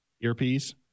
Earpiece